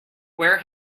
where